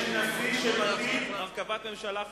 יש נשיא שמטיל הרכבת ממשלה,